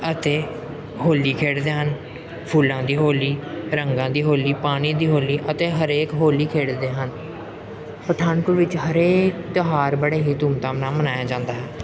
ਅਤੇ ਹੋਲੀ ਖੇਡਦੇ ਹਨ ਫੁੱਲਾਂ ਦੀ ਹੋਲੀ ਰੰਗਾਂ ਦੀ ਹੋਲੀ ਪਾਣੀ ਦੀ ਹੋਲੀ ਅਤੇ ਹਰੇਕ ਹੋਲੀ ਖੇਡਦੇ ਹਨ ਪਠਾਨਕੋਟ ਵਿੱਚ ਹਰੇਕ ਤਿਉਹਾਰ ਬੜੇ ਹੀ ਧੂਮ ਧਾਮ ਨਾਲ ਮਨਾਇਆ ਜਾਂਦਾ ਹੈ